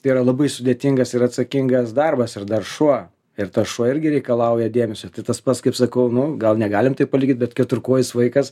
tai yra labai sudėtingas ir atsakingas darbas ir dar šuo ir tas šuo irgi reikalauja dėmesio tai tas pats kaip sakau nu gal negalim palygint bet keturkojis vaikas